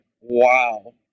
wow